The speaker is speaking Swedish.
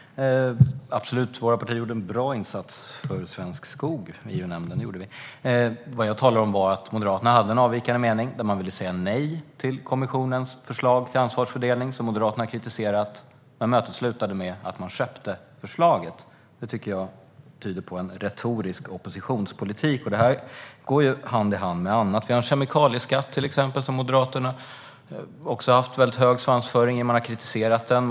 Herr talman! Absolut. Våra partier gjorde en bra insats för svensk skog i EU-nämnden - det gjorde vi. Vad jag talade om var att Moderaterna hade en avvikande mening. Moderaterna ville säga nej till kommissionens förslag till ansvarsfördelning, som Moderaterna kritiserat. Men mötet slutade med att man köpte förslaget. Det tycker jag tyder på en retorisk oppositionspolitik. Detta går hand i hand med annat. Vi har en kemikalieskatt, till exempel. I fråga om den har Moderaterna också haft en väldigt hög svansföring. Man har kritiserat den.